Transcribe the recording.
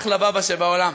אחלה באבא שבעולם.